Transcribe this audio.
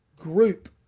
Group